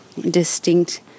distinct